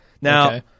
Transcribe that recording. Now